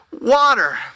Water